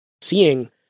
seeing